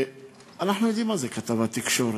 אנחנו יודעים מה זו כתבת תקשורת.